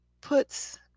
puts